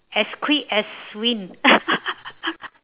as quick as wind